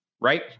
right